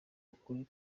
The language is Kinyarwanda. ukuri